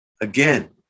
again